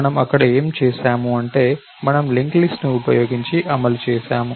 మనము అక్కడ ఏమి చేసాము అంటే మనము లింక్ లిస్ట్ ను ఉపయోగించి అమలు చేసాము